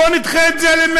בואו נדחה את זה למרס.